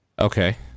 Okay